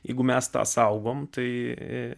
jeigu mes tą saugom tai